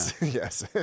Yes